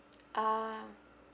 uh